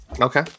Okay